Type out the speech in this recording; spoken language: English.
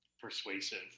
persuasive